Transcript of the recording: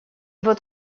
вот